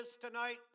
tonight